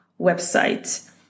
website